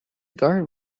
guard